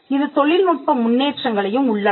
இது தொழில்நுட்ப முன்னேற்றங்களையும் உள்ளடக்கும்